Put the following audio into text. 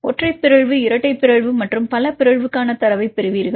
ஒற்றை பிறழ்வு இரட்டை பிறழ்வு மற்றும் பல பிறழ்வுக்கான தரவைப் பெறுவீர்கள்